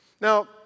Now